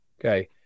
Okay